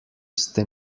ste